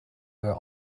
where